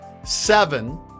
seven